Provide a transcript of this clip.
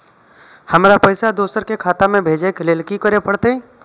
हमरा पैसा दोसर के खाता में भेजे के लेल की करे परते?